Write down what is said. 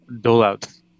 dole-outs